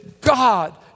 God